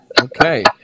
okay